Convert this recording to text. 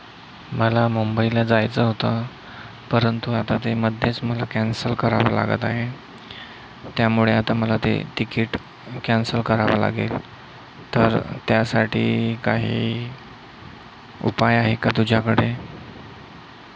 मला मुंबईला जायचं होतं परंतु आता ते मध्येच मला कॅन्सल करावं लागत आहे त्यामुळे आता मला ते तिकीट कॅन्सल करावं लागेल तर त्यासाठी काही उपाय आहे का तुझ्याकडे